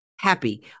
happy